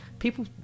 people